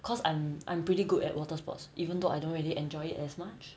cause I'm I'm pretty good at water sports even though I don't really enjoy it as much